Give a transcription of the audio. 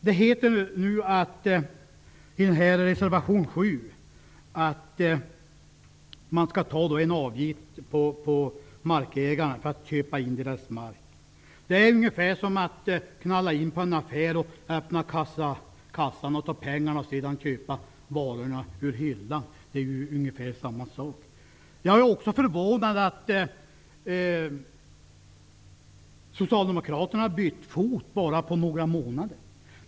Det heter i reservation 7 att man skall ta ut en avgift från markägarna för att köpa in deras mark. Det är ungefär som att knalla in i en affär, öppna kassan, ta pengarna och sedan köpa varorna i hyllan. Det är ungefär samma sak. Jag är också förvånad att Socialdemokraterna har bytt fot på bara några månader.